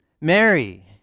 Mary